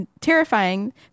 terrifying